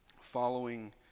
Following